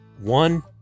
One